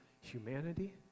humanity